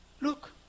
Look